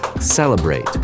Celebrate